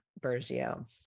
Bergio